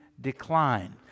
decline